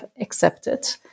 accepted